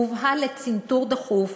הוא הובהל לצנתור דחוף